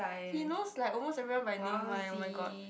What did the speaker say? he knows like almost everyone by name my oh my god